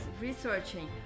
researching